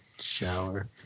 shower